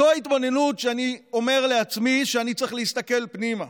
זו התבוננות שאני אומר לעצמי שאני צריך להסתכל פנימה.